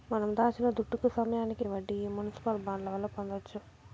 మనం దాచిన దుడ్డుకి సమయానికి వడ్డీ ఈ మునిసిపల్ బాండ్ల వల్ల పొందొచ్చు